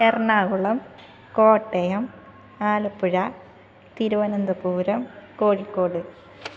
Ernakulam Kottayam Alappuzha Thiruvananthapuram Kozhikode